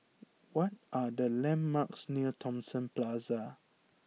what are the landmarks near Thomson Plaza